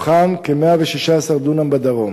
מתוכם כ-116 דונם בדרום